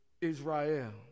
Israel